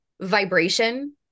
vibration